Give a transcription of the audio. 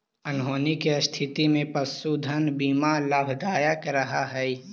अनहोनी के स्थिति में पशुधन बीमा लाभदायक रह हई